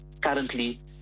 currently